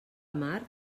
mar